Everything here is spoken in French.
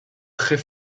très